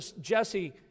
Jesse